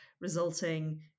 resulting